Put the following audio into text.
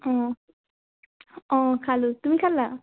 অঁ অঁ খালোঁ তুমি খালা